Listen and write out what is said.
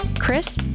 Chris